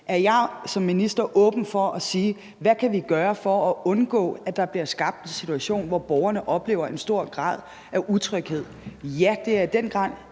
Er jeg som minister åben over for at spørge, hvad vi kan gøre for at undgå, at der bliver skabt en situation, hvor borgerne oplever en stor grad af utryghed? Ja, det er jeg